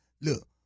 look